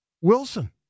Wilson